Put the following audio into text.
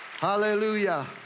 Hallelujah